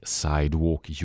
sidewalk